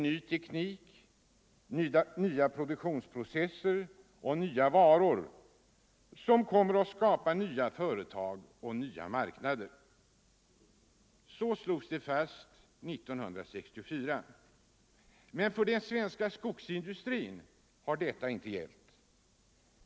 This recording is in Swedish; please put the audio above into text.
Ny teknik, nya produktionsprocesser och nya varor kommer att skapa nya företag och marknader.” Det slogs fast år 1964, men för den svenska skogsindustrin har detta inte gällt.